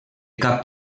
cap